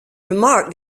remarked